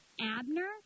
Abner